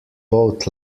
both